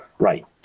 Right